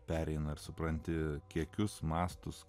pereina ir supranti kiekius mąstosi